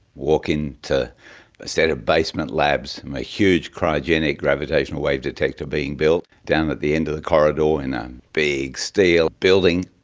walk in to a set of basement labs, a huge cryogenic gravitational wave detector being built down at the end of the corridor in a big steel building.